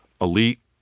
elite